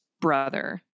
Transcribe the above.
brother